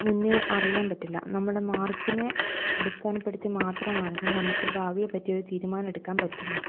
മുന്നേ അറിയാൻ പറ്റില്ല നമ്മുടെ മാർക്കിനെ അടിസ്ഥാനപ്പെടുത്തി മാത്രമാണ് നമുക്ക് ഭാവിയെ പറ്റി ഒരു തീരുമാനം എടുക്കാൻ പറ്റുള്ളൂ